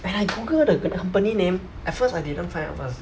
when I google the c~ company name at first I didn't find out first